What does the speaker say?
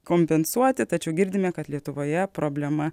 kompensuoti tačiau girdime kad lietuvoje problema